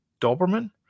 Doberman